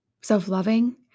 self-loving